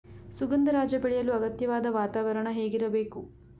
ಸುಗಂಧರಾಜ ಬೆಳೆಯಲು ಅಗತ್ಯವಾದ ವಾತಾವರಣ ಹೇಗಿರಬೇಕು?